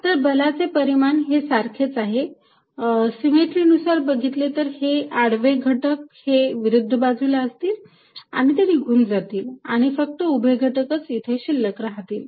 तर बलाचे परिमाण हे सारखेच आहे सिमेट्री नुसार बघितली तर हे आडवे घटक हे विरुद्ध बाजूला असतील आणि ते निघून जातील आणि फक्त उभे घटकच तेथे शिल्लक राहतील